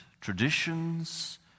Traditions